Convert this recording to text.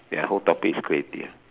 ya whole topic is creative